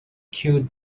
killed